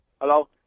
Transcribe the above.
Hello